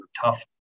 tough